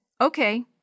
Okay